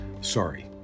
Sorry